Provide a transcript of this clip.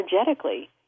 energetically